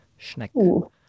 Schneck